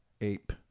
ape